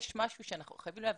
יש משהו שחייבים להבין,